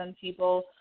people